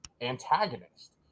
antagonist